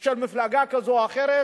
של מפלגה כזאת או אחרת,